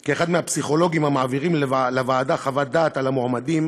כי אחד מהפסיכולוגים המעבירים לוועדה חוות דעת על המועמדים